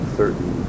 certain